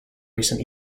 recent